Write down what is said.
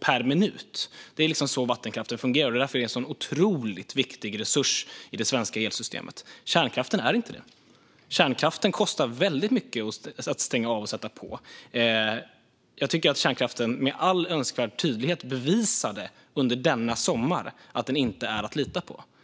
per minut. Det är så vattenkraften fungerar. Det är därför den är en otroligt viktig resurs i det svenska elsystemet. Kärnkraften är inte det. Det kostar väldigt mycket att stänga av och sätta på kärnkraften. Jag tycker att kärnkraften under denna sommar med all önskvärd tydlighet bevisade att den inte är att lita på.